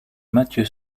mathieu